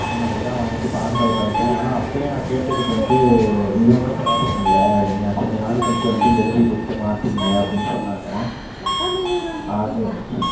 ம் எல்லாம் வாங்கிட்டு பாஸ்டு அவுட்டாயிட்டேன் ஆனால் அப்போயே நான் கேட்டதுக்கு வந்துவிட்டு இதொன்னும் ப்ராப்ளம் இல்லை நீங்கள் கொஞ்ச நாள் கழிச்சு வந்து எழுதி கொடுத்து மாற்றிக்கீங்க அப்படின்னு சொன்னாங்க அது